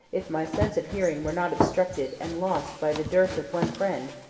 if my sense of hearing were not obstructed and lost by the death of one friend,